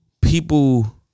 people